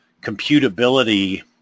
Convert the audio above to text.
computability